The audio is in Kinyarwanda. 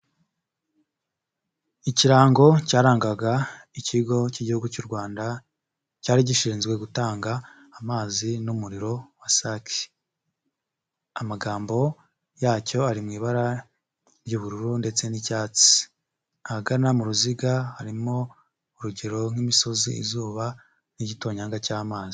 Ikirango cyarangaga ikigo cy'igihugu cy'u Rwanda cyari gishinzwe gutanga amazi n'umuriro Wasake amagambo yacyo ari mu ibara ry'ubururu ndetse n'icyatsi, ahagana mu ruziga harimo urugero nk'imisozi, izuba n'igitonyanga cy'amazi.